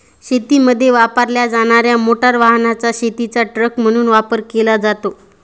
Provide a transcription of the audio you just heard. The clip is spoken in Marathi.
शेतीमध्ये वापरल्या जाणार्या मोटार वाहनाचा शेतीचा ट्रक म्हणून वापर केला जातो